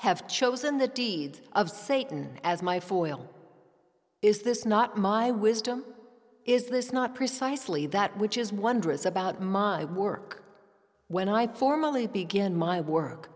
have chosen the deed of satan as my for oil is this not my wisdom is this not precisely that which is wondrous about my work when i formally begin my work